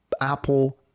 apple